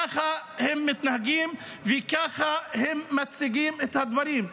ככה הם מתנהגים וככה הם מציגים את הדברים.